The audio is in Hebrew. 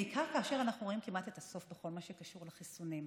בעיקר כאשר אנחנו רואים כמעט את הסוף בכל מה שקשור לחיסונים.